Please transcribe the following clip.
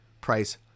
price